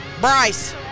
Bryce